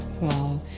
Wow